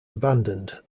abandoned